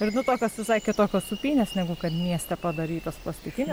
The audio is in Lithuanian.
ir nu tokios visai kitokios sūpynės negu kad mieste padarytos plastikinė